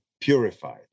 purified